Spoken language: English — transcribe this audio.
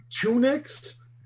tunics